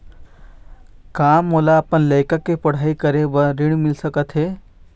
का मोला अपन लइका के पढ़ई के बर ऋण मिल सकत हे?